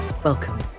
Welcome